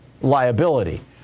liability